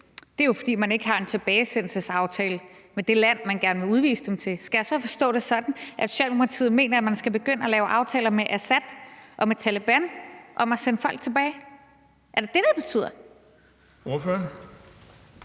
dag, er jo, at man ikke har tilbagesendelsesaftale med det land, man gerne vil udvise dem til. Skal jeg så forstå det sådan, at Socialdemokratiet mener, at man skal begynde at lave aftaler med Assad og med Taleban om at sende folk tilbage? Er det det, det betyder? Kl.